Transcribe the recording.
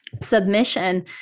submission